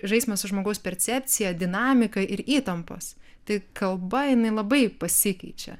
žaismas su žmogaus percepcija dinamika ir įtampos tai kalba jinai labai pasikeičia